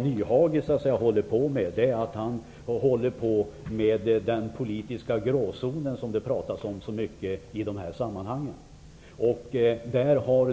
Nyhage håller till i den politiska gråzonen, där det har skrivits så mycket i de här sammanhangen. Nyhage har